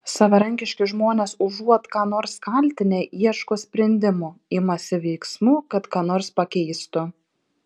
savarankiški žmonės užuot ką nors kaltinę ieško sprendimų imasi veiksmų kad ką nors pakeistų